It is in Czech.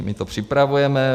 My to připravujeme.